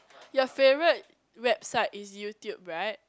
your favourite website is YouTube right